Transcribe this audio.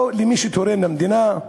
או מי שתורם למדינה,